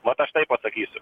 vat aš taip pasakysiu